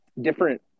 different